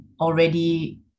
already